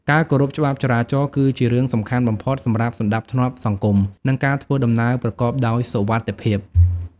ការគោរពច្បាប់ចរាចរណ៍គឺជារឿងសំខាន់បំផុតសម្រាប់សណ្តាប់ធ្នាប់សង្គម និងការធ្វើដំណើរប្រកបដោយសុវត្ថិភាព។